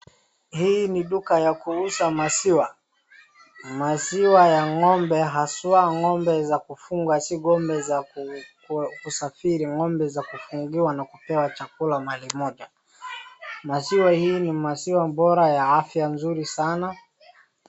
Hii ni duka ya kuuza maziwa, maziwa ya ng'ombe haswaa ng'ombe za kufuga si ng'ombe za kusafiri, ng'ombe za kufungiwa na kupewa chakula mahali moja maziwa hii ni maziwa bora ya afya nzuri sana.